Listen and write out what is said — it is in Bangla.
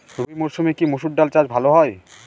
রবি মরসুমে কি মসুর ডাল চাষ ভালো হয়?